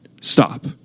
stop